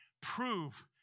prove